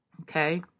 Okay